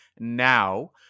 Now